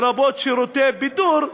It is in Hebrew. לרבות שירותי בידור,